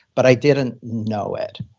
but i didn't know it.